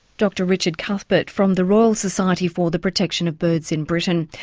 dr richard cuthbert from the royal society for the protection of birds in britain.